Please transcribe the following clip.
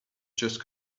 just